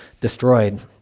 destroyed